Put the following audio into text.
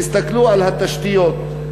תסתכלו על התשתיות,